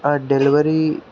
ఆ డెలివరీ